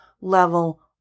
level